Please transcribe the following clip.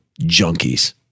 junkies